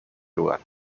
lugar